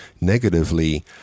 negatively